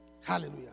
Hallelujah